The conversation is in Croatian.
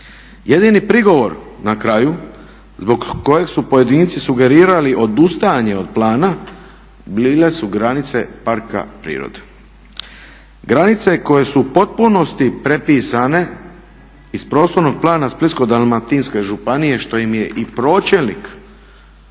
Jedini prigovor na kraju zbog kojeg su pojedinci sugerirali odustajanje od plana bile su granice parka prirode. Granice koje su u potpunosti prepisane iz prostornog plana Splitsko-dalmatinske županije što im je i pročelnik